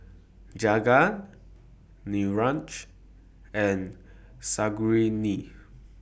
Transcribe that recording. Jagat Niraj and Sarojini